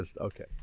okay